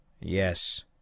Yes